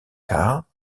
cars